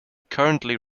currently